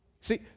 See